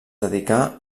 dedicà